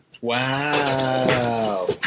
Wow